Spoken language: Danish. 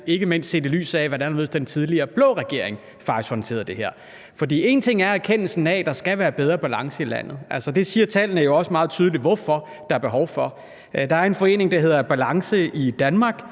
ikke mindst set i lyset af hvordan den tidligere blå regering faktisk håndterede det her. Der er en erkendelse af, at der skal være bedre balance i landet. Altså, det siger tallene jo også meget tydeligt hvorfor der er behov for. Der er en forening, der hedder Balance Danmark,